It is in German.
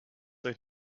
euch